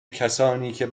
کسانیکه